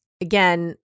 again